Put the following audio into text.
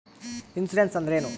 Insurance ಅಂದ್ರೇನು?